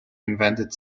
invented